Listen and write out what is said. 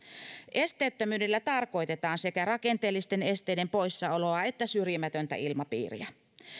esteettömyydellä tarkoitetaan sekä rakenteellisten esteiden poissaoloa että syrjimätöntä ilmapiiriä